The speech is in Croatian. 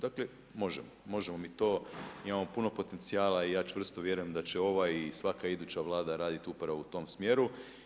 Dakle, možemo mi to, imamo puno potencijala i ja čvrsto vjerujem, da će ova i svaka iduća vlada raditi upravo u tom smjeru.